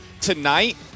tonight